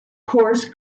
coarse